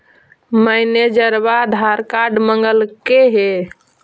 मैनेजरवा आधार कार्ड मगलके हे?